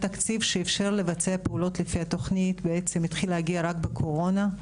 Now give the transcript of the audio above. התקציב שאפשר לבצע פעולות לפי התוכנית בעצם התחיל להגיע רק בקורונה.